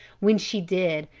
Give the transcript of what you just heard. when she did,